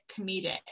comedic